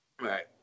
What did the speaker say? right